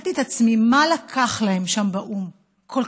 שאלתי את עצמי מה לקח להם שם באו"ם כל